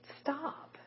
Stop